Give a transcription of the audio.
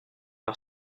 par